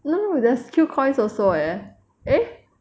no there's Q coin also leh eh